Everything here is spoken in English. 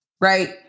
Right